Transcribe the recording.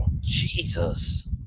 Jesus